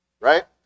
Right